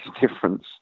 difference